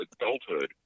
adulthood